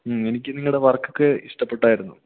എനിക്ക് നിങ്ങളുടെ വർക്ക്ക്കെ ഇഷ്ടപ്പെട്ടായിരുന്നു